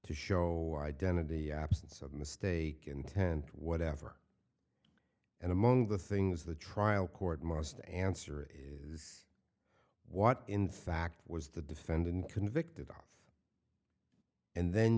to show identity absence of mistake intent whatever and among the things the trial court must answer is what in fact was the defendant convicted of and then